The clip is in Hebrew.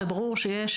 וברור שיש